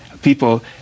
People